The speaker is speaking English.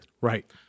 Right